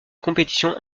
compétitions